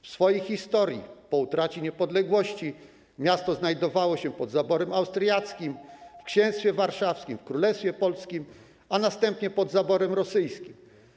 W swojej historii po utracie niepodległości miasto znajdowało się pod zaborem austriackim, w Księstwie Warszawskim, w Królestwie Polskim, a następnie pod zaborem rosyjskim.